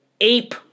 ape